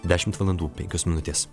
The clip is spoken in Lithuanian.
dešimt valandų penkios minutės